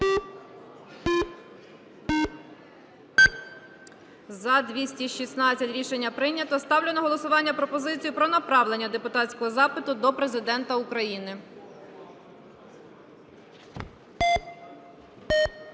За-216 Рішення прийнято. Ставлю на голосування пропозицію про направлення депутатського запиту до Президента України.